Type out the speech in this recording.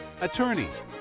attorneys